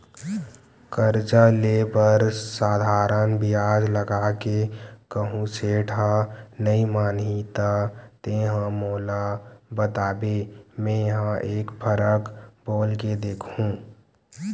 करजा ले बर साधारन बियाज लगा के कहूँ सेठ ह नइ मानही त तेंहा मोला बताबे मेंहा एक फरक बोल के देखहूं